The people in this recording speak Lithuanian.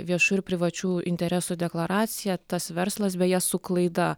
viešų ir privačių interesų deklaraciją tas verslas beje su klaida